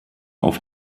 auf